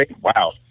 Wow